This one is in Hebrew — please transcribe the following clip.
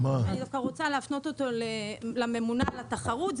אני דווקא רוצה להפנות אותו לממונה על התחרות.